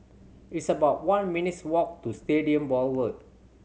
it's about one minutes' walk to Stadium Boulevard